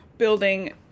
building